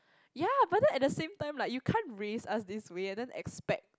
ya but then at the same time you can't raise us this way and then expect